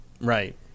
Right